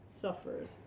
suffers